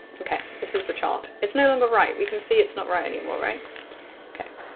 okay this is the chart it's no longer right, we can see it's not right anymore. right okay,